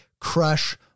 crush